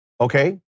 Okay